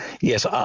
Yes